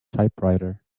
typewriter